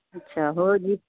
ਅੱਛਾ ਹੋਰ ਜੀ